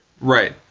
Right